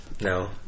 No